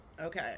Okay